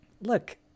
look